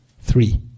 three